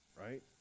right